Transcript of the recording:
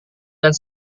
dan